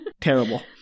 Terrible